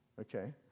Okay